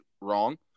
wrong